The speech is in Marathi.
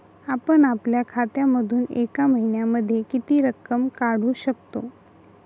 आपण आपल्या खात्यामधून एका महिन्यामधे किती रक्कम काढू शकतो?